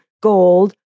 gold